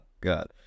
God